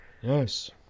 Yes